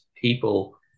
people